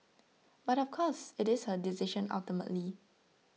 but of course it is her decision ultimately